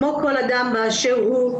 כמו כל אדם באשר הוא,